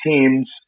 teams